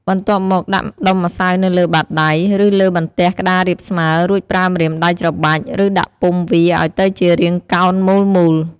បន្ទាប់មកដាក់ដុំម្សៅនៅលើបាតដៃ ឬលើបន្ទះក្តាររាបស្មើ រួចប្រើម្រាមដៃច្របាច់ ឬដាក់ពុម្ពវាឱ្យទៅជារាងកោណមូលៗ។